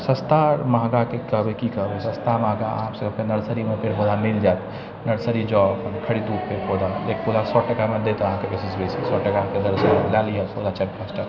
सस्ता महगाके की कहबै सस्ता महगा आरामसँ नर्सरीमे पौधा मिल जाइत नर्सरी जाउ खरीदू पेड़ पौधा एक पौधा सए टाकामे देत अहाँके बेसीसँ बेसी सए टाका मेला लिय पौधा चारि पाँच टा